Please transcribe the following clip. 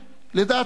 לדעתי,